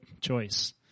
choice